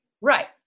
Right